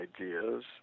ideas